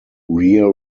rear